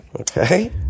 Okay